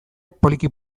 poliki